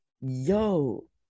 yo